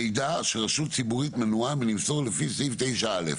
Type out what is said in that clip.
יש מידע שרשות ציבורית מנועה מלמסור לפי סעיף 9(א).